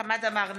(קוראת בשמות חברי הכנסת) חמד עמאר,